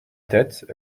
tête